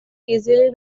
easily